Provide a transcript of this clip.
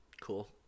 Cool